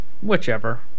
Whichever